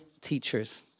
teachers